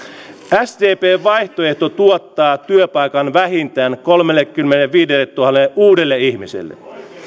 sdpn vaihtoehto tuottaa työpaikan vähintään kolmellekymmenelleviidelletuhannelle uudelle ihmiselle